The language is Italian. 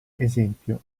esempio